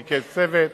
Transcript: ריכז צוות,